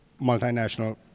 multinational